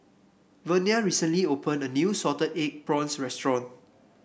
Vernia recently opened a new Salted Egg Prawns restaurant